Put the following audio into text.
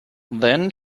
then